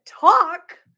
talk